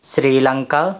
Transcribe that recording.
Sri Lanka